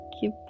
keep